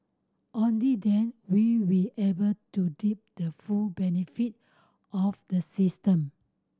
only then will we able to deep the full benefit of the system